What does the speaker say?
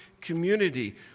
community